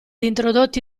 introdotti